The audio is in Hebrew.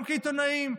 גם כעיתונאים,